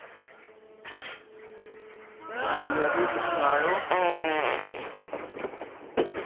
ठीक ऐ फ्ही दिक्खी लैयो